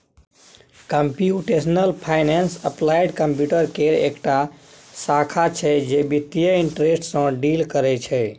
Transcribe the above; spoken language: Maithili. कंप्युटेशनल फाइनेंस अप्लाइड कंप्यूटर केर एकटा शाखा छै जे बित्तीय इंटरेस्ट सँ डील करय छै